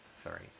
Sorry